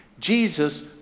Jesus